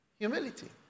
Humility